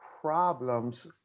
problems